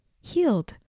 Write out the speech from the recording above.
healed